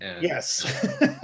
Yes